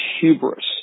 hubris